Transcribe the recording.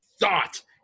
thought